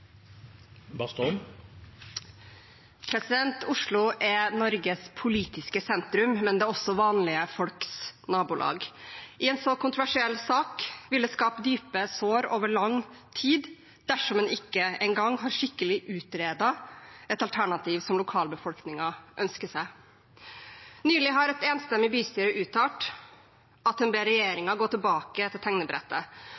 også vanlige folks nabolag. I en så kontroversiell sak vil det skape dype sår over lang tid dersom en ikke engang har utredet skikkelig et alternativ som lokalbefolkningen ønsker seg. Nylig har et enstemmig bystyre uttalt at en ber